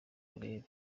urebe